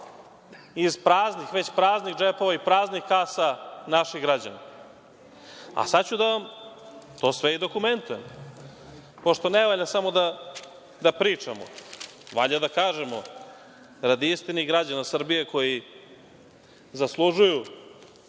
iz već praznih džepova i praznih kasa naših građana. Sad ću da vam to sve i dokumentujem, pošto ne valja samo da pričamo, valja da kažemo radi istine i građana Srbije koji zaslužuju